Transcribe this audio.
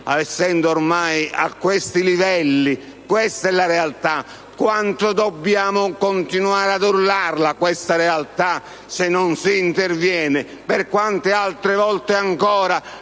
essendo ormai a questi livelli. Questa è la realtà; quanto dobbiamo continuare ad urlare questa realtà se non si interviene? Per quante altre volte ancora